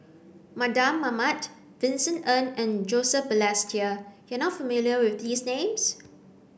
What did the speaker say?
Mardan Mamat Vincent Ng and Joseph Balestier you are not familiar with these names